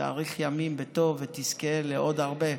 תאריך ימים בטוב ותזכה לעוד הרבה.